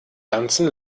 ganzen